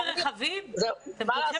לכם שגם למרות הדיון הזה עדיין אין פתרון.